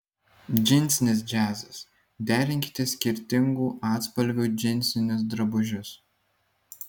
džinsinis džiazas derinkite skirtingų atspalvių džinsinius drabužius